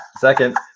Second